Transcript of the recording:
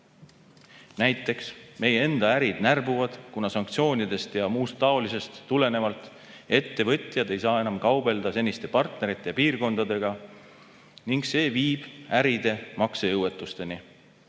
Näiteks meie enda ärid närbuvad, kuna sanktsioonidest ja muust taolisest tulenevalt ettevõtjad ei saa enam kaubelda seniste partnerite ja piirkondadega ning see viib äride maksejõuetuseni.